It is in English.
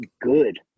good